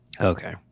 Okay